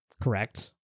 Correct